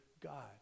God